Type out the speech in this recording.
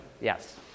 yes